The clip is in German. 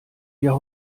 wir